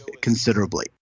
considerably